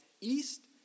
east